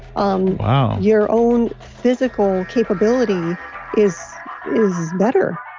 um your own physical capability is better.